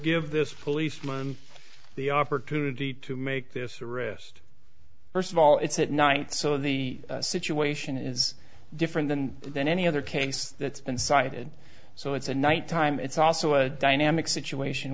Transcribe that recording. give this policeman the opportunity to make this arrest first of all it's at night so the situation is different than than any other case that's been cited so it's a night time it's also a dynamic situation